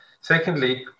Secondly